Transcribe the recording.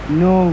no